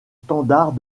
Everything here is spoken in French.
standard